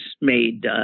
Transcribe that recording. made